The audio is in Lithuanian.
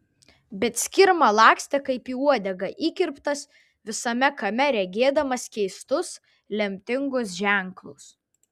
bet skirma lakstė kaip į uodegą įkirptas visame kame regėdamas keistus lemtingus ženklus